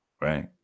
Right